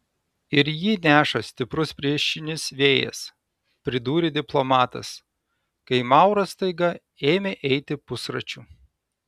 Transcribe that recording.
ir jį neša stiprus priešinis vėjas pridūrė diplomatas kai mauras staiga ėmė eiti pusračiu